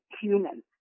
humans